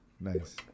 nice